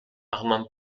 armand